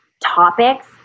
topics